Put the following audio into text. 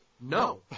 no